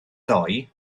ddoe